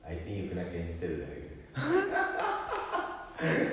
I think you kena cancelled lah you